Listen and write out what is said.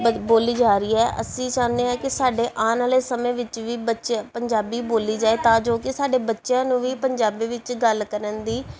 ਬੋਲੀ ਜਾ ਰਹੀ ਹੈ ਅਸੀਂ ਚਾਹੁੰਦੇ ਹਾਂ ਕਿ ਸਾਡੇ ਆਉਣ ਵਾਲੇ ਸਮੇਂ ਵਿੱਚ ਵੀ ਬੱਚੇ ਪੰਜਾਬੀ ਬੋਲੀ ਜਾਵੇ ਤਾਂ ਜੋ ਕਿ ਸਾਡੇ ਬੱਚਿਆਂ ਨੂੰ ਵੀ ਪੰਜਾਬੀ ਵਿੱਚ ਗੱਲ ਕਰਨ ਦੀ